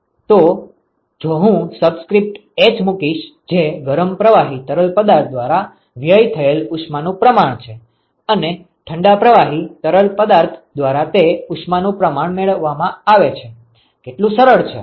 તો જો હું સબસ્ક્રિપ્ટ h મૂકીશ જે ગરમ પ્રવાહી તરલ પદાર્થ દ્વારા વ્યય થયેલ ઉષ્માનું પ્રમાણ છે અને ઠંડા પ્રવાહી તરલ પદાર્થ દ્વારા તે ઉષ્માનું પ્રમાણ મેળવવામાં આવે છે કેટલું સરળ છે